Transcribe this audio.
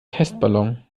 testballon